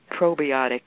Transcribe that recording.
probiotic